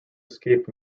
escape